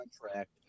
contract